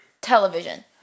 television